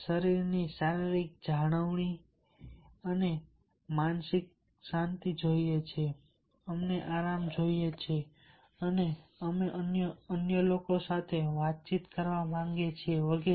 શરીરની શારીરિક જાળવણી જેમકે અમને માનસિક શાંતિ જોઈએ છે અમને આરામ જોઈએ છે અને અમે અન્ય લોકો સાથે વાતચીત કરવા માંગીએ છીએ વગેરે